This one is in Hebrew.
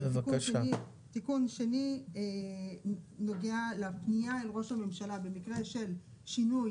בבקשה תיקון שני נוגע לפנייה לראש הממשלה במקרה של שינוי,